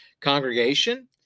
congregation